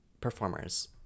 performers